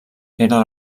era